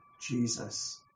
jesus